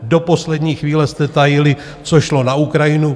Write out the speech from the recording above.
Do poslední chvíle jste tajili, co šlo na Ukrajinu.